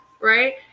right